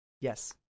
yes